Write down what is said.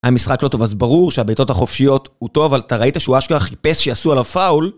היה משחק לא טוב אז ברור שהבעיטות החופשיות הוא טוב אבל אתה ראית שהוא אשכרה חיפש שיעשו עליו פאול?